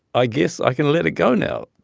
i guess i can let it go now.